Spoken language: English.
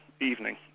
evening